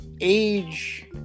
age